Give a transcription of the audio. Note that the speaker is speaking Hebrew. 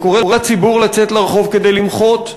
אני קורא לציבור לצאת לרחוב כדי למחות.